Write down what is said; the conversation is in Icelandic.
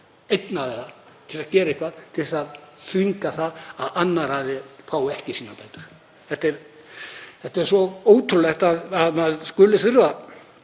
einn aðila til að gera eitthvað til að þvinga það fram að annar fái ekki sínar bætur. Það er svo ótrúlegt að maður skuli þurfa